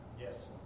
Yes